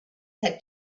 had